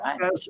right